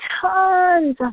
tons